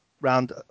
round